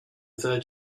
third